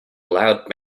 loud